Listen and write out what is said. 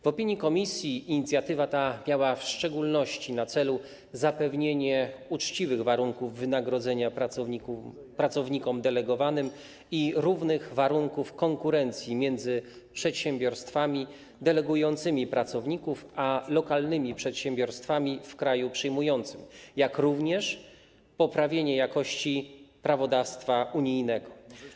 W opinii Komisji inicjatywa ta miała w szczególności na celu zapewnienie uczciwych warunków wynagrodzenia pracownikom delegowanym i równych warunków konkurencji między przedsiębiorstwami delegującymi pracowników a lokalnymi przedsiębiorstwami w kraju przyjmującym, jak również poprawienie jasności prawodawstwa unijnego.